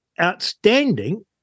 outstanding